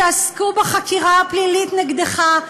שעסקו בחקירה הפלילית נגדך,